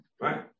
right